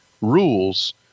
rules